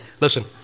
Listen